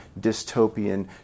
dystopian